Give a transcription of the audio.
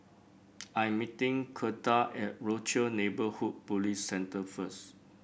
I am meeting Gertha at Rochor Neighborhood Police Centre first